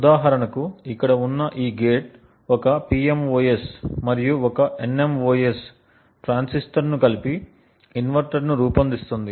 ఉదాహరణకు ఇక్కడ ఉన్న ఈ గేట్ ఒక PMOS మరియు ఒక NMOS ట్రాన్సిస్టర్ను కలిపి ఇన్వర్టర్ను రూపొందిస్తుంది